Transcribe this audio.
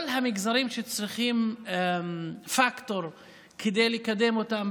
אלה כל הגזרים שצריכים פקטור כדי לקדם אותם.